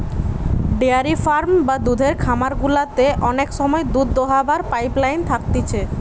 dairy farm বা দুধের খামার গুলাতে অনেক সময় দুধ দোহাবার পাইপ লাইন থাকতিছে